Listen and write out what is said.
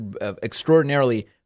extraordinarily